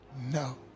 no